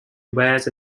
wears